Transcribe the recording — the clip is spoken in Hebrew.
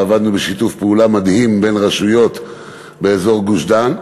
ועבדנו בשיתוף פעולה מדהים בין רשויות באזור גוש-דן,